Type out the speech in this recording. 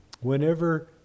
whenever